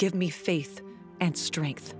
give me faith and strength